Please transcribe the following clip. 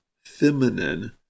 feminine